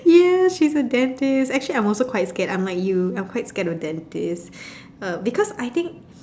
yes she's a dentist actually I'm also quite scared I'm like you I'm quite scared of dentist uh because I think